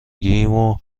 گیمو